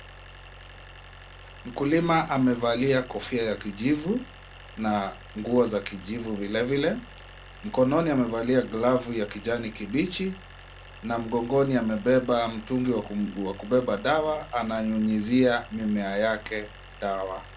Mkulima amevalia kofia ya kijivu na nguo za kijivu vile vile, mkononi amevalia glavu ya kijani kibichi na mgongoni amebeba mtungi wa kubeba dawa ananyunyuzia mimea yake dawa.